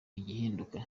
igihinduka